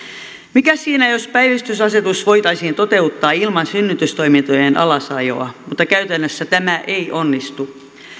mikäs siinä jos päivystysasetus voitaisiin toteuttaa ilman synnytystoimintojen alasajoa mutta käytännössä tämä ei onnistu